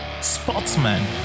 sportsman